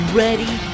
ready